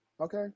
Okay